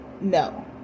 no